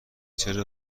چرا